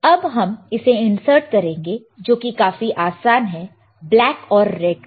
अब हम इसे इंसर्ट करेंगे जो कि काफी आसान है ब्लैक और रेड को